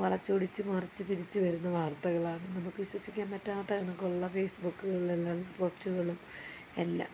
വളച്ചൊടിച്ച് മറിച്ച് തിരിച്ച് വരുന്ന വാർത്തകളാണ് നമുക്ക് വിശ്വസിക്കാൻ പറ്റാത്ത കണക്കുള്ള ഫേസ്ബുക്കുകളിൽ എല്ലാമുള്ള പോസ്റ്റുകളും എല്ലാം